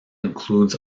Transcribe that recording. includes